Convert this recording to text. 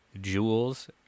jewels